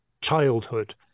Childhood